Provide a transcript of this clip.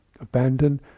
abandoned